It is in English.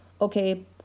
okay